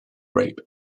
rape